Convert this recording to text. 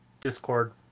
Discord